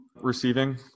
receiving